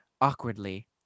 awkwardly